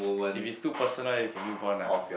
if it's too personal you can move on lah